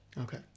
Okay